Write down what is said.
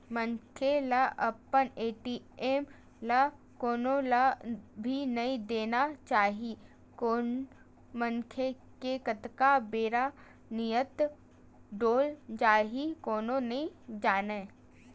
मनखे ल अपन ए.टी.एम ल कोनो ल भी नइ देना चाही कोन मनखे के कतका बेर नियत डोल जाही कोनो नइ जानय